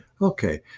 Okay